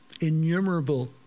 innumerable